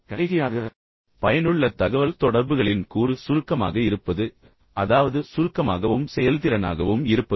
கடைசியாக கடைசியாக பயனுள்ள தகவல்தொடர்புகளின் கூறு சுருக்கமாக இருப்பது அதாவது சுருக்கமாகவும் செயல்திறனாகவும் இருப்பது